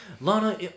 Lana